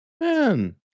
Man